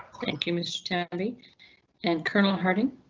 thank you mr talley and colonel hurting.